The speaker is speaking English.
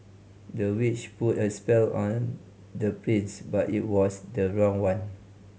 the witch put a spell on the prince but it was the wrong one